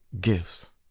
Gifts